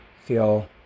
feel